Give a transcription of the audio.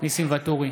ניסים ואטורי,